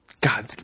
God